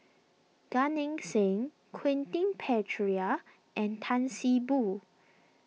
Gan Eng Seng Quentin Pereira and Tan See Boo